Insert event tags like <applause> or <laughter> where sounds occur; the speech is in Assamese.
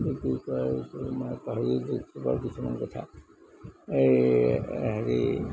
<unintelligible> কিছুমান কথা হেৰি